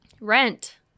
Rent